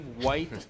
white